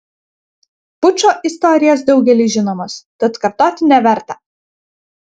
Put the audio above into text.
pučo istorijos daugeliui žinomos tad kartoti neverta